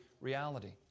reality